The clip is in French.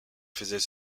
faisait